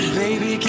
baby